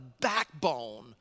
backbone